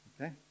Okay